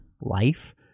life